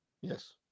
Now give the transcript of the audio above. Yes